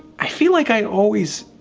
i feel like i always.